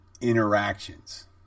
interactions